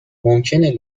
ممکنه